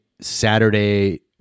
Saturday